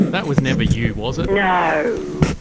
that was never you was it? no,